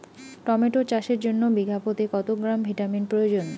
Tomato চাষের জন্য বিঘা প্রতি কত গ্রাম ভিটামিন প্রয়োজন?